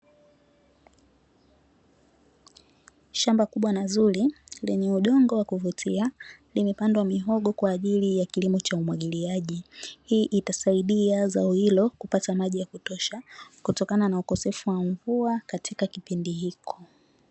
Shamba kubwa na zuri lenye udongo wa kuvutia limepandwa mihogo kwa ajili ya kilimo cha umwagiliaji, hii itasaidia zao hilo kupata maji ya kutosha kutokana na ukosefu wa mvua katika kipindi hiko.